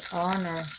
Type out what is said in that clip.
honor